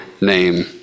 name